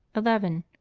eleven.